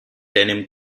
denim